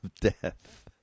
death